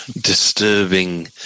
disturbing